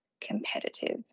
competitive